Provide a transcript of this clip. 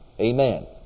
Amen